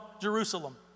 Jerusalem